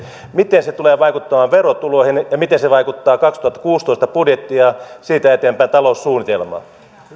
miten se tulee vaikuttamaan verotuloihin ja miten se vaikuttaa kaksituhattakuusitoista budjettiin ja siitä eteenpäin taloussuunnitelmaan